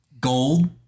gold